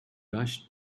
rushed